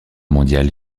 mondiale